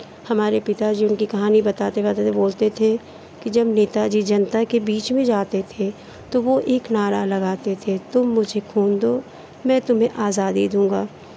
हमारे पिता जी उनकी कहानी बताते बताते बोलते थे कि जब नेता जी जनता के बीच में जाते थे तो वो एक नारा लगाते थे तुम मुझे खून दो मैं तुम्हें आज़ादी दूँगा